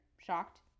shocked